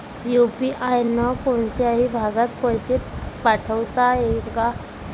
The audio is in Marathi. यू.पी.आय न कोनच्याही भागात पैसे पाठवता येईन का?